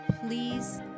please